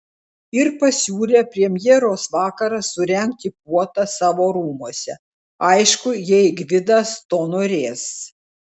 ir pasiūlė premjeros vakarą surengti puotą savo rūmuose aišku jei gvidas to norės